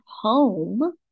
home